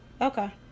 Okay